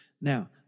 Now